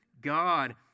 God